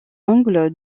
angle